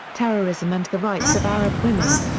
terrorism and the rights of arab women.